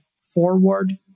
forward